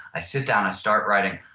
i sit down, i start writing.